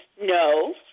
no